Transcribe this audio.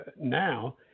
now –